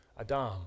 Adam